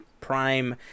prime